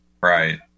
right